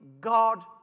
God